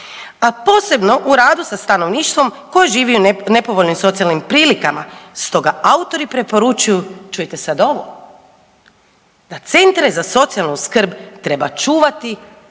a posebno u radu sa stanovništvom koje živi u nepovoljnim socijalnim prilikama, stoga autori preporučuju, čujte sad ovo, da centre za socijalnu skrb treba čuvati